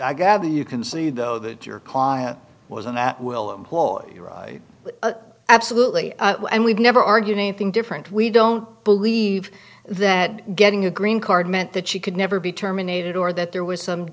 i gather you concede though that your client was an at will employee absolutely and we've never argued anything different we don't believe that getting a green card meant that she could never be terminated or that there was some